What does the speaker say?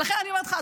ולכן אני אומרת לך,